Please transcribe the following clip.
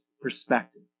perspective